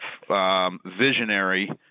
Visionary